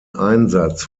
einsatz